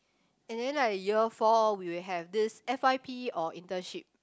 and then like year four we will have this f_y_p or internship